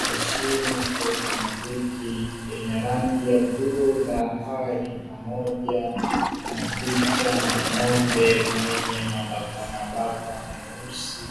Mashine ya kiautomatiki yenye rangi ya bluu bahari pamoja na picha ya ng’ombe mwenye mabakamabaka meusi;